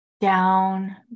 down